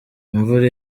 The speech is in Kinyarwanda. imvura